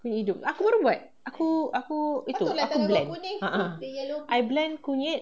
kunyit hidup aku baru buat aku aku aku blend ah ah I blend kunyit